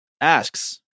asks